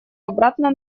обратно